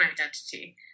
identity